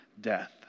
death